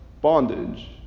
bondage